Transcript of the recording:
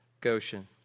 Goshen